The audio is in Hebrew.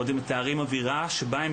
גם עובדים שבורחים ממקום העבודה,